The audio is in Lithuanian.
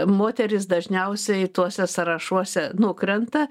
moterys dažniausiai tuose sąrašuose nukrenta